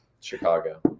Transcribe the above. Chicago